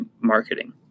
marketing